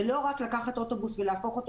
זה לא רק לקחת אוטובוס ולהפוך אותו